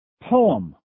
poem